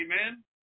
Amen